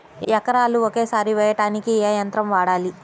ఎకరాలు ఒకేసారి వేయడానికి ఏ యంత్రం వాడాలి?